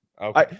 Okay